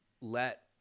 let